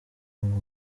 ngo